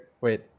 Wait